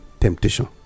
temptation